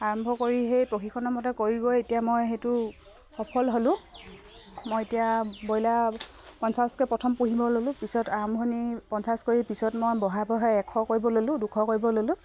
আৰম্ভ কৰি সেই প্ৰশিক্ষণ মতে কৰিগৈ এতিয়া মই সেইটো সফল হ'লোঁ মই এতিয়া ব্ৰইলাৰ পঞ্চাছকে প্ৰথম পুহিব ল'লোঁ পিছত আৰম্ভণি পঞ্চাছ কৰি পিছত মই বঢ়াই বঢ়াই এশ কৰিব ল'লোঁ দুশ কৰিব ল'লোঁ